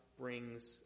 brings